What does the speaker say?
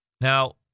Now